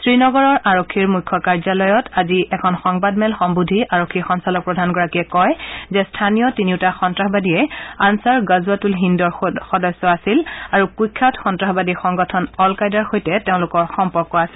শ্ৰীনগৰৰ আৰক্ষীৰ মুখ্য কাৰ্যালয়ত আজি এখন সংবাদমেল সম্বোধি আৰক্ষী সঞালক প্ৰধানগৰাকীয়ে কয় যে স্থনীয় তিনিওটা সন্তাসবাদীয়ে আনচাৰ গজৱাট উল হিন্দৰ সদস্য আছিল আৰু কুখ্যাত সন্তাসবাদী সংগঠন অলকায়দাৰ সৈতে তেওঁলোকৰ সম্পৰ্ক আছিল